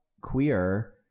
queer